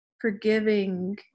forgiving